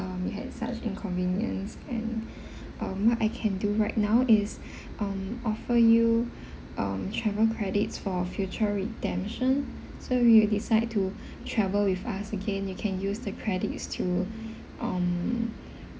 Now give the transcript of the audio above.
um you had such inconvenience and um what I can do right now is um offer you um travel credits for future redemption so you'll decide to travel with us again you can use the credits to um